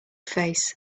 face